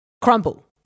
crumble